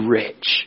rich